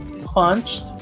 punched